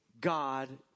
God